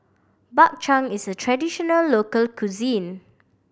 Bak Chang is a traditional local cuisine